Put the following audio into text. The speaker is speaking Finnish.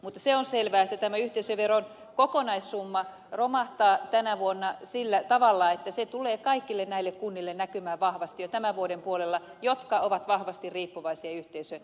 mutta se on selvää että tämä yhteisöveron kokonaissumma romahtaa tänä vuonna sillä tavalla että se tulee näkymään vahvasti jo tämän vuoden puolella kaikille näille kunnille jotka ovat vahvasti riippuvaisia yhteisöverotuotoista